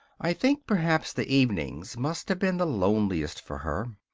i think perhaps the evenings must have been the loneliest for her.